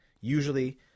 usually